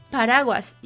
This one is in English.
Paraguas